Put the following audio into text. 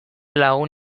lagun